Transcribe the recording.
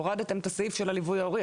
הורדתם את הסעיף של הליווי ההורי,